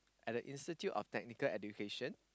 at the institute of technical education